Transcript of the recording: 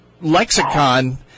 lexicon